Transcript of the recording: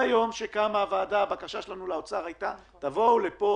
ביום שקמה הוועדה הבקשה שלנו לאוצר הייתה לבוא לפה